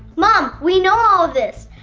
mom we know all this.